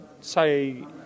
say